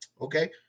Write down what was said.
okay